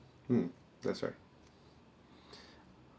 mm that's right